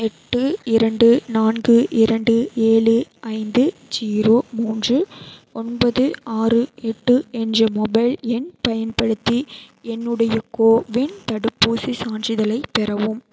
எட்டு இரண்டு நான்கு இரண்டு ஏழு ஐந்து ஜீரோ மூன்று ஒன்பது ஆறு எட்டு என்ற மொபைல் எண் பயன்படுத்தி என்னுடைய கோவின் தடுப்பூசிச் சான்றிதழைப் பெறவும்